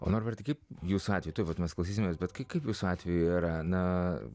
o norbertai kaip jūs ačiū tai vat mes klausysimės bet kai kaip visų atvejų yra na